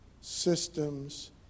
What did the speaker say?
systems